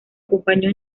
acompañó